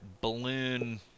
balloon